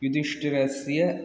युधिष्ठिरस्य